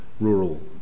rural